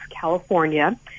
California